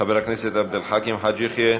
חבר הכנסת עבד אל חכים חאג' יחיא,